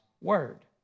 word